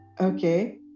okay